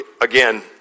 again